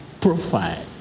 profile